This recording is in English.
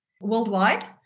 worldwide